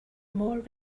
more